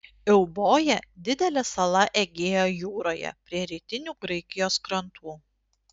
euboja didelė sala egėjo jūroje prie rytinių graikijos krantų